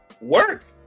Work